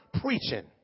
preaching